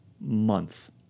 month